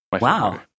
Wow